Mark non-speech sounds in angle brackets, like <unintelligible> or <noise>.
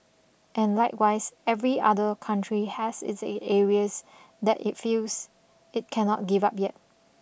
and likewise every other country has its <unintelligible> areas that it feels it cannot give up yet